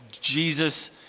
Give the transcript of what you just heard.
Jesus